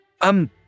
Um